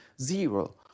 zero